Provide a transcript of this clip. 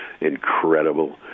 incredible